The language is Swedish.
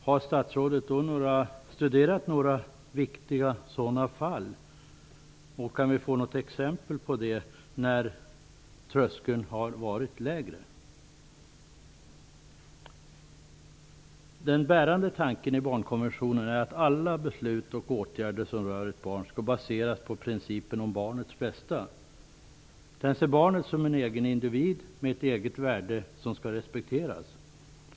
Har statsrådet studerat några viktiga sådana fall, och kan vi få något exempel på när tröskeln har varit lägre? Den bärande tanken i barnkonventionen är att alla beslut och åtgärder som rör ett barn skall baseras på principen om barnets bästa. Den ser barnet som en egen individ, som har ett eget värde och som skall respekteras.